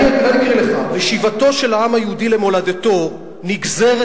אני אקריא לך: שיבתו של העם היהודי למולדתו נגזרת